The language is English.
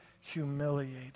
humiliated